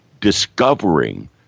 Discovering